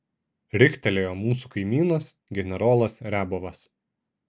riktelėjo mūsų kaimynas generolas riabovas